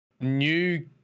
new